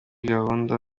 gahunda